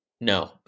no